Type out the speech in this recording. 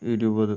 ഇരുപത്